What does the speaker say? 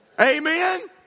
Amen